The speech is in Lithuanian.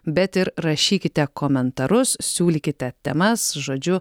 bet ir rašykite komentarus siūlykite temas žodžiu